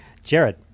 Jared